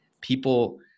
People